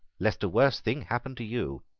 lest a worse thing happen to you